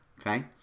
okay